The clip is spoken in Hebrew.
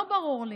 לא ברור לי.